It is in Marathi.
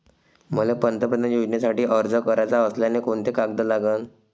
मले पंतप्रधान योजनेसाठी अर्ज कराचा असल्याने कोंते कागद लागन?